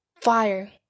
fire